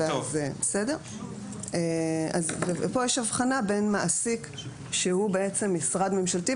פה יש הבחנה בין מעסיק שהוא משרד ממשלתי,